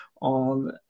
on